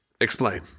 Explain